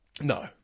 No